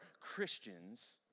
Christians